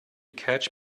catch